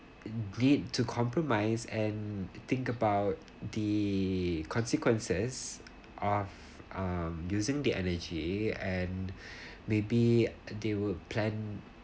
need to compromise and think about the consequences of um using the energy and maybe they will plan